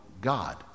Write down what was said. God